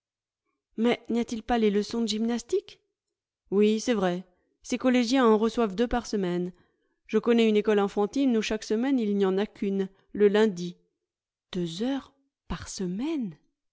mais n'y a-t-il pas les leçons de gymnastique oui c'est vrai ces collégiens en reçoivent deux par semaine je connais une école enfantine où chaque semaine il n'y en a qu'une le lundi deux heures par semaine